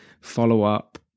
follow-up